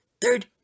Third